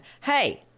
hey